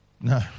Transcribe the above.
No